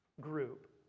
group